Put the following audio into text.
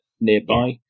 nearby